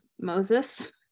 Moses